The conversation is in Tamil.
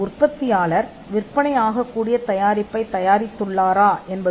உற்பத்தியாளர் ஒரு விற்கக்கூடிய அல்லது விற்கக்கூடிய தயாரிப்பில் விளைகிறாரா என்பது